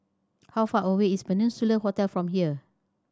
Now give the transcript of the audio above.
how far away is Peninsula Hotel from here